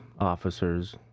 officer's